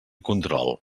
control